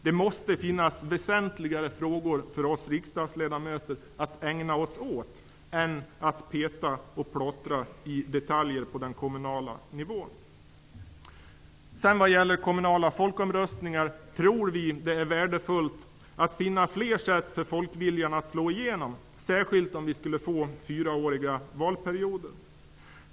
Det måste finnas väsentligare frågor för oss riksdagsledamöter att ägna oss åt än att peta och plottra i detaljer på den kommunala nivån. Vad gäller kommunala folkomröstningar tror vi att det är värdefullt att finna fler sätt för folkviljan att slå igenom, särskilt om vi skulle få fyraåriga valperioder.